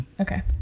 Okay